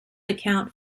account